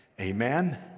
Amen